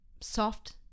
soft